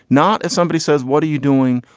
not as somebody says. what are you doing,